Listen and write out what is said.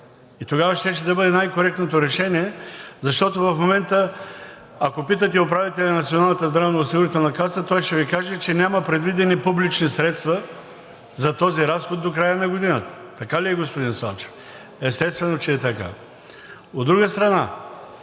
и тогава щеше да бъде най-коректното решение, защото в момента, ако питате управителя на Националната здравноосигурителна каса, той ще Ви каже, че няма предвидени публични средства за този разход до края на годината. Така ли е господин Салчев? Естествено, че е така. От друга страна,